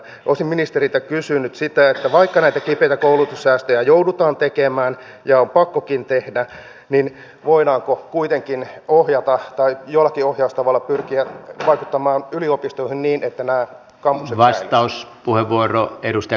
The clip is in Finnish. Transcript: olisin ministeriltä kysynyt sitä että vaikka näitä koulutussäästöjä joudutaan tekemään ja on pakkokin tehdä niin voidaanko kuitenkin ohjata tai jollakin ohjaustavalla pyrkiä vaikuttamaan yliopistoihin niin että nämä kampukset säilyisivät